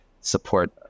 support